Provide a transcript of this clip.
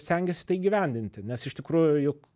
stengiasi tai įgyvendinti nes iš tikrųjų juk